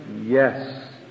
Yes